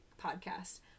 podcast